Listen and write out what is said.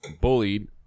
bullied